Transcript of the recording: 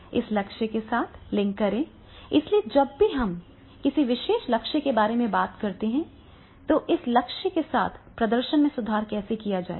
इसे लक्ष्य के साथ लिंक करें इसलिए जब भी हम किसी विशेष लक्ष्य के बारे में बात करते हैं तो इस लक्ष्य के साथ प्रदर्शन में सुधार कैसे किया जाएगा